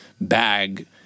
bag